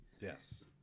Yes